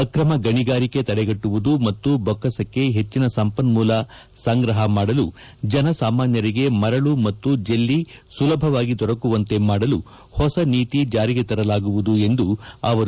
ಅಕ್ರಮ ಗಣಿಗಾರಿಕೆ ತಡೆಗಟ್ಟುವುದು ಮತ್ತು ಬೊಕ್ಕಸಕ್ಕೆ ಹೆಚ್ಚಿನ ಸಂಪನ್ಮೂಲ ಸಂಗ್ರಹ ಮಾಡಲು ಜನಸಾಮಾನ್ಯರಿಗೆ ಮರಳು ಮತ್ತು ಜೆಲ್ಲಿ ಸುಲಭವಾಗಿ ದೊರಕುವಂತೆ ಮಾಡಲು ಹೊಸ ನೀತಿ ಜಾರಿಗೆ ತರಲಾಗುವುದು ಎಂದರು